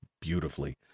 beautifully